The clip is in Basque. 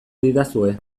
didazue